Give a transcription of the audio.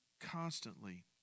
constantly